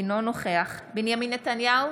אינו נוכח בנימין נתניהו,